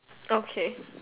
okay